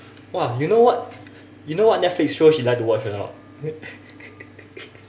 !wah! you know what you know what netflix show she like to watch or not